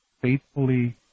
faithfully